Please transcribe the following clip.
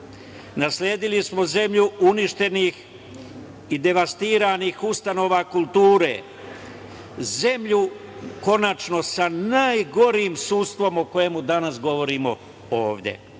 Nasledili smo zemlju uništenih i devastiranih ustanova kulture. Nasledili smo zemlju sa najgorim sudstvom, o kojem danas govorimo ovde. Kad